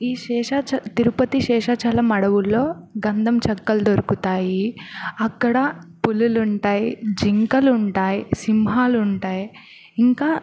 ఈ శేషాచ తిరుపతి శేషాచలం అడవుల్లో గంధం చక్కలు దొరుకుతాయి అక్కడ పులులుంటాయి జింకలుంటాయి సింహాలుంటాయి ఇంకా